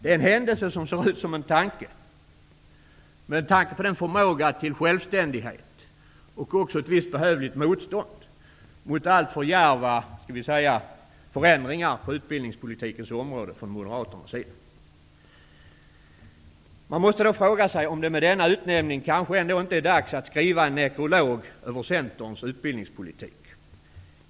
Det är en händelse som ser ut som en tanke -- speciellt med tanke på den förmåga till självständighet och till ett visst behövligt motstånd mot alltför djärva förändringar på utbildningspolitikens område som uttalas från Är det med denna utnämning dags att skriva en nekrolog över Centerns utbildningspolitik?